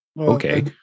okay